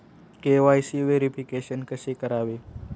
KYC verification कसे करावे?